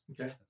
Okay